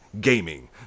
gaming